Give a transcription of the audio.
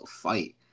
fight